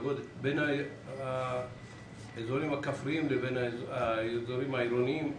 בין האזורים הכפריים לאזורים העירוניים?